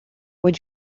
would